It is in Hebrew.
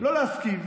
לא להסכים,